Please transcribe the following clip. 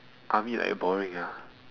army like boring ah